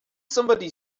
somebody